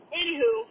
anywho